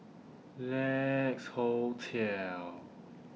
Lex Hotel